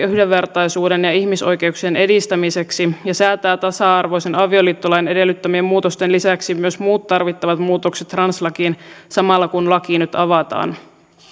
yhdenvertaisuuden ja ihmisoikeuksien edistämiseksi ja säätää tasa arvoisen avioliittolain edellyttämien muutosten lisäksi myös muut tarvittavat muutokset translakiin samalla kun laki nyt avataan